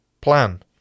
Plan